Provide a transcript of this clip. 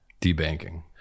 debanking